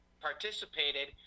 participated